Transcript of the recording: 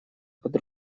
под